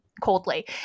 coldly